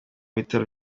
bitaro